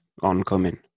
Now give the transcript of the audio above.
oncoming